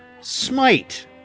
Smite